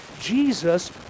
Jesus